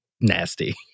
nasty